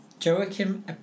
Joachim